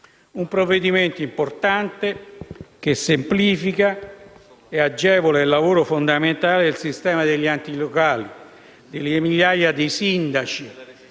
un provvedimento importante, che semplifica e agevola il lavoro fondamentale del sistema degli enti locali e delle migliaia di sindaci